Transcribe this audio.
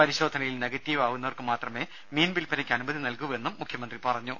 പരിശോധനയിൽ നെഗറ്റീവാകുന്നവർക്ക് മാത്രമേ മീൻ വിൽപനയ്ക്ക് അനുമതി നൽകൂവെന്നും മുഖ്യമന്ത്രി അറിയിച്ചു